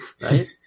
right